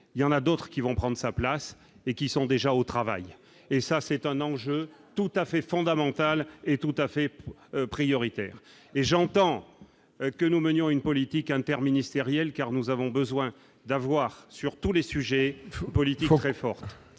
il y en a d'autres qui vont prendre sa place et qui sont déjà au travail et ça, c'est un enjeu tout à fait fondamental et tout à fait prioritaire et j'entends que nous menions une politique interministérielle car nous avons besoin d'avoir sur tous les sujets politiques très fort,